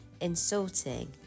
insulting